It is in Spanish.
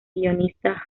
guionista